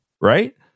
Right